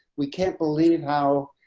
we can't believe how,